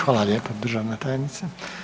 Hvala lijepa državna tajnice.